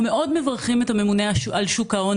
אנחנו מאוד מברכים את הממונה על שוק ההון